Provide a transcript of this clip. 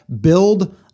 build